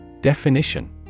Definition